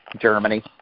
Germany